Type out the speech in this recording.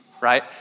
right